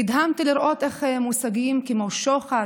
נדהמתי לראות איך מושגים כמו "שוחד",